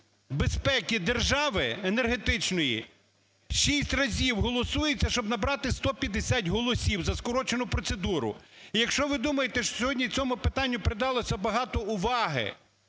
безпеки держави енергетичної шість разів голосується, щоб набрати 150 голосів за скорочену процедуру. І якщо ви думаєте, що сьогодні цьому питанню придалося багато уваги,